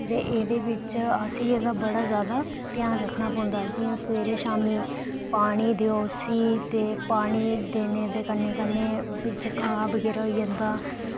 ते एह्दे बिच अस एह्दा बड़ा जैदा ध्यान रक्खना पौंदा जि'यां सवेरे शामीं पानी दियो उस्सी ते पानी देने दे कन्नै कन्नै बिच घा बगैरा होई जंदा